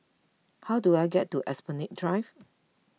how do I get to Esplanade Drive